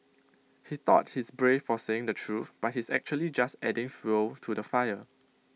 he thought he's brave for saying the truth but he's actually just adding fuel to the fire